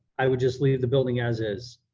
i would just leave the building as is.